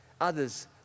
others